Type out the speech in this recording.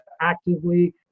actively